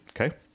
okay